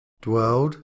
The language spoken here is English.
dwelled